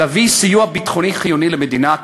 להביא סיוע ביטחוני חיוני למדינה,